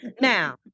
Now